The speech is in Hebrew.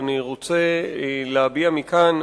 אני רוצה להביע מכאן,